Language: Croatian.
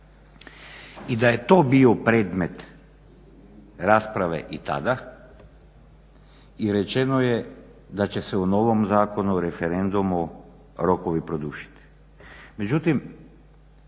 i da je to bio predmet rasprave i tada. I rečeno je da će se u novom Zakonu o referendumu rokovi produžiti.